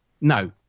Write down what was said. No